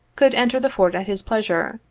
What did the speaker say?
could enter the fort at his pleasure,